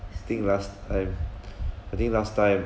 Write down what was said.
I think last time I think last time